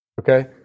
Okay